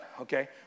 okay